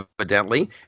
evidently